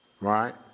right